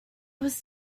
was